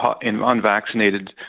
unvaccinated